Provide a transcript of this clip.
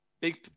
big